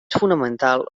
fonamental